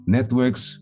Networks